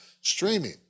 streaming